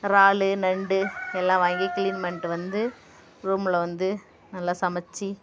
இறால் நண்டு எல்லாம் வாங்கி க்ளீன் பண்ணிட்டு வந்து ரூமில் வந்து நல்லா சமைச்சி